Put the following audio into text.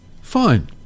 fine